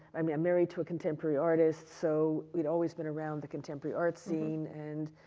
i mean i'm married to a contemporary artist, so had always been around the contemporary art scene, and,